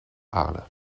arles